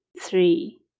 three